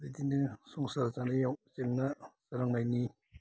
बिदिनो संसार जानायाव जेंना नांनायनि